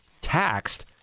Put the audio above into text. taxed